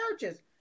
churches